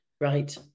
right